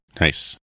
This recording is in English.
Nice